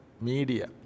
media